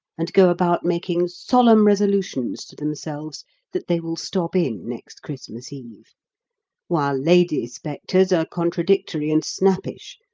and go about making solemn resolutions to themselves that they will stop in next christmas eve while lady spectres are contradictory and snappish,